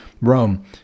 rome